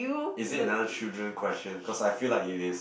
is it another children question because I feel like it is